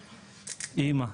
אמא.